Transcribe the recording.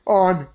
on